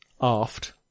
Aft